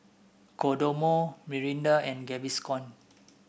Kodomo Mirinda and Gaviscon